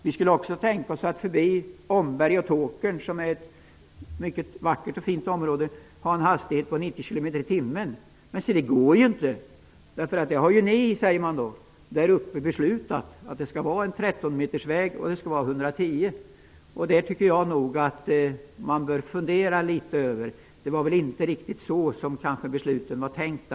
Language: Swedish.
Man skulle också kunna tänka sig att vid Omberg och Tåkern, i ett mycket vackert område, ha en högsta hastighet om 90 km i timmen. Man säger dock att det inte är möjligt, eftersom ni där uppe har beslutat att det skall vara en 13 m bred Jag tror inte att tanken bakom trafikpolitikens mål var att allt skulle bestämmas så exakt.